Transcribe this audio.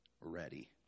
ready